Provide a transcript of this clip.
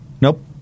Nope